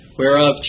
whereof